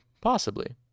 Possibly